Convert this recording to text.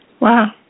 Wow